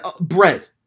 bread